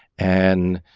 and,